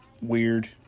weird